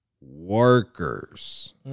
workers